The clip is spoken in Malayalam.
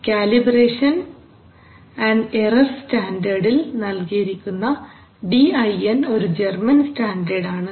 കാലിബ്രേഷൻ എറർ സ്റ്റാൻഡേർഡിൽ Calibration error standard നൽകിയിരിക്കുന്ന DIN ഒരു ജർമ്മൻ സ്റ്റാൻഡേർഡ് ആണ്